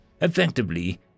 Effectively